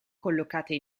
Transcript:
collocate